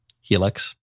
Helix